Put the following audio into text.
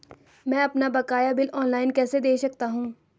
मैं अपना बकाया बिल ऑनलाइन कैसे दें सकता हूँ?